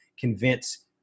convince